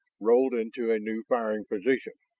rolled into a new firing position.